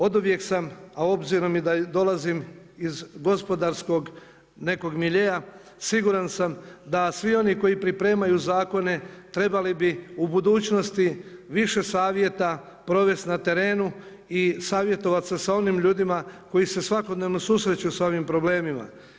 Oduvijek sam, a obzirom da dolazim iz gospodarskog nekog miljea, siguran sam da svi oni koji pripremaju zakone trebali bi u budućnosti više savjeta provesti na terenu i savjetovati se sa onim ljudima koji se svakodnevno susreću sa ovim problemima.